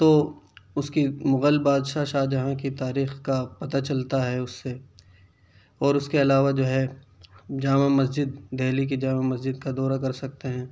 تو اس کی مغل بادشاہ شاہ جہاں کی تاریح کا پتہ چلتا ہے اس سے اور اس کے علاوہ جو ہے جامع مسجد دہلی کی جامع مسجد کا دورہ کر سکتے ہیں